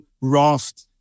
raft